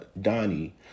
Donnie